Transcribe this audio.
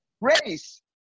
race